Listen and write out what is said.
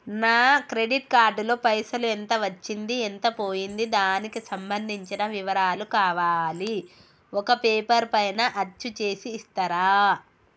నా credit card లో పైసలు ఎంత వచ్చింది ఎంత పోయింది దానికి సంబంధించిన వివరాలు కావాలి ఒక పేపర్ పైన అచ్చు చేసి ఇస్తరా?